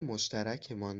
مشترکمان